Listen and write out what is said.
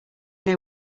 they